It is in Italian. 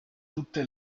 tutte